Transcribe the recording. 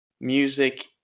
music